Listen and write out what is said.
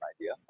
idea